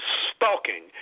stalking